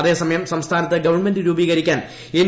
അതേസമയം സംസ്ഥാനത്ത് ഗവൺമെന്റ് രൂപീകരിക്കാൻ എൻ